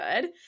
good